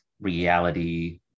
reality